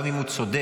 גם אם הוא צודק,